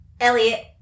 Elliot